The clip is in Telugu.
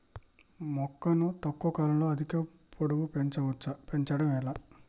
మొక్కను తక్కువ కాలంలో అధిక పొడుగు పెంచవచ్చా పెంచడం ఎలా?